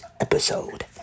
episode